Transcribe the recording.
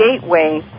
gateway